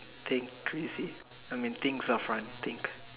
think crazy I mean things are fronting